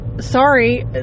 sorry